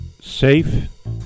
safe